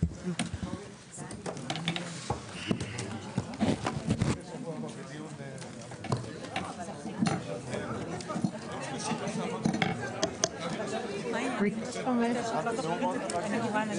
בשעה 13:34.